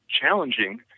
challenging